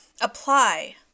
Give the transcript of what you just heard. apply